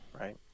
right